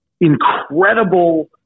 incredible